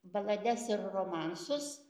balades ir romansus